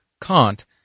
Kant